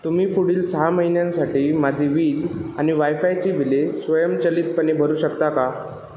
तुम्ही पुढील सहा महिन्यांसाठी माझी वीज आणि वायफायची बिले स्वयंचलितपणे भरू शकता का